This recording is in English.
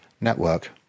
network